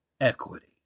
equity